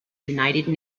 united